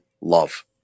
love